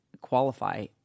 qualify